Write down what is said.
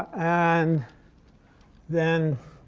and then